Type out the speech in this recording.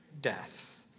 death